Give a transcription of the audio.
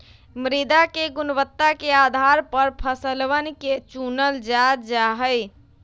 मृदा के गुणवत्ता के आधार पर फसलवन के चूनल जा जाहई